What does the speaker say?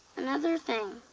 another thing,